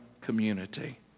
community